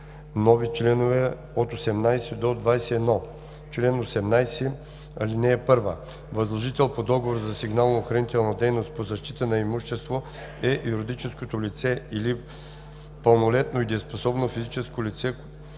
нови членове от 18 до 21: „Чл. 18. (1) Възложител по договор за сигнално-охранителна дейност по защита на имущество е юридическото лице или пълнолетното и дееспособно физическо лице,